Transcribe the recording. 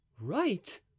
right